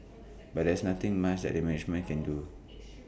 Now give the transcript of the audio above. but there's nothing much that the management can do